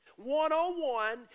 one-on-one